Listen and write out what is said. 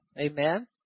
amen